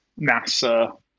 NASA